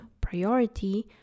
priority